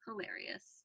hilarious